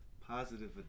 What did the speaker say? Positive